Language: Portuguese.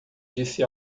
disse